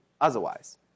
otherwise